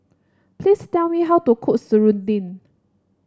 please tell me how to cook Serunding